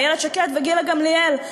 איילת שקד וגילה גמליאל.